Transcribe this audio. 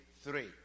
three